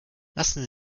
lassen